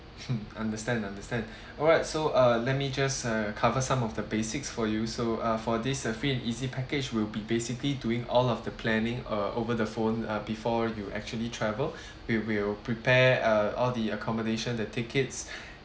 understand understand alright so uh let me just uh cover some of the basics for you so uh for this uh free and easy package will be basically doing all of the planning uh over the phone uh before you actually travel we will prepare uh all the accommodation the tickets